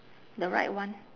the right one